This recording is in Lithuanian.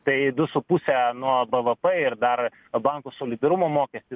tai du su puse nuo b v p ir dar bankų solidarumo mokestis